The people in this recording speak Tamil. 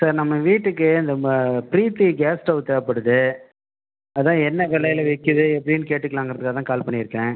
சார் நம்ம வீட்டுக்கு இந்த ம ப்ரீத்தி கேஸ் ஸ்டவ் தேவைப்படுது அதான் என்ன விலைல விற்குது எப்படினு கேட்டுக்கலாங்கிறதுக்காக தான் கால் பண்ணியிருக்கேன்